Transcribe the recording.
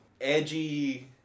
edgy